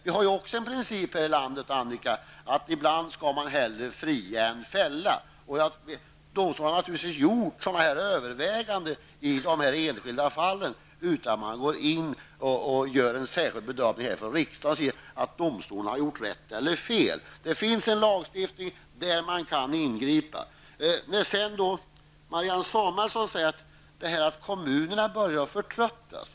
Det finns också en princip i det här landet att ibland skall man hellre fria än fälla. Domstolarna har naturligtvis gjort sina överväganden i de enskilda fallen. Riksdagen skall inte behöva gå in och göra särskilda bedömningar huruvida domstolarna har gjort rätt eller fel. Det finns en lagstiftning som ger rätt till att ingripa. Marianne Samuelsson säger att kommunerna börjar att förtröttas.